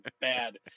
bad